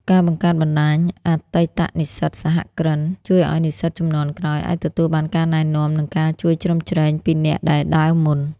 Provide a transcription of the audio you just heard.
ការបង្កើតបណ្ដាញ "អតីតនិស្សិតសហគ្រិន" ជួយឱ្យនិស្សិតជំនាន់ក្រោយអាចទទួលបានការណែនាំ និងការជួយជ្រោមជ្រែងពីអ្នកដែលដើរមុន។